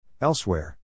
Elsewhere